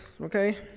Okay